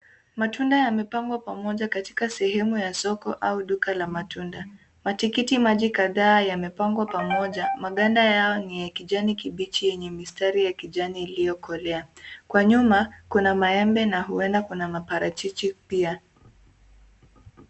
Matunda yamepangwa pamoja katika sehemu ya soko au duka la matunda. Matikiti maji kadhaa yamepangwa pamoja, maganda yao ni ya kijani kibichi yenye mstari ya kijani iliyokolea. Kwa nyuma kuna maembe na huenda kuna maparachichi pia.